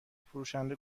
فروشنده